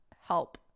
help